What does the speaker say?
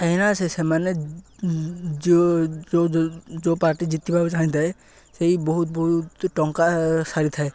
କହିଁନା ସେ ସେମାନେ ଯେଉଁ ଯେଉଁ ପାର୍ଟି ଜିତିବାକୁ ଚାହିଁଥାଏ ସେଇ ବହୁତ ବହୁତ ଟଙ୍କା ସାରିଥାଏ